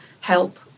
help